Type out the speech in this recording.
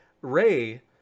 Ray